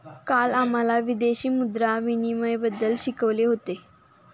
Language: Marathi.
काल आम्हाला विदेशी मुद्रा विनिमयबद्दल शिकवले होते